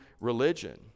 religion